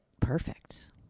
perfect